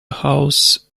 house